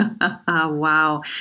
wow